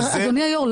אדוני היו"ר,